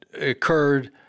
occurred